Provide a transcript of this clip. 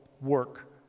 work